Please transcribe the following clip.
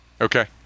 okay